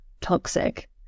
toxic